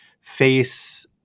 face